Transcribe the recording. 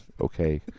Okay